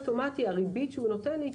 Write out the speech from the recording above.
הריבית שהוא נותן היא,